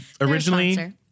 originally